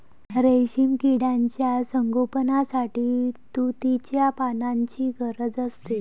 रेशीम किड्यांच्या संगोपनासाठी तुतीच्या पानांची गरज असते